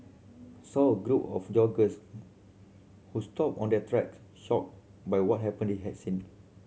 saw a group of joggers who stopped on their track shocked by what happen they had seen